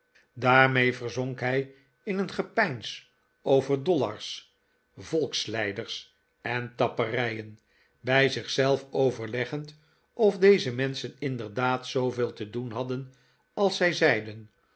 daarmee verzonk hij in een gepeins over dollars volksleiders en tapperijen bij zich zelf overleggend of deze menschen inderdaad zooveel te doen hadden als zij zeiden